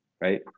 right